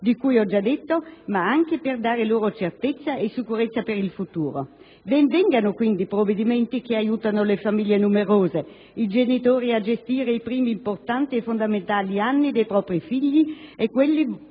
di cui ho già detto, ma anche per dare loro certezza e sicurezza per il futuro. Ben vengano, quindi, provvedimenti che aiutano le famiglie numerose, i genitori a gestire i primi importanti e fondamentali anni dei propri figli e quelli volti